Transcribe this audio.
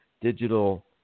digital